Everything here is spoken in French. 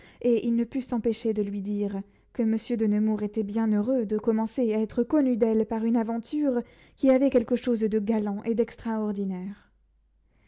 et il ne put s'empêcher de lui dire que monsieur de nemours était bien heureux de commencer à être connu d'elle par une aventure qui avait quelque chose de galant et d'extraordinaire